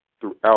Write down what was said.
throughout